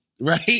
Right